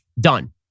Done